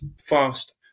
fast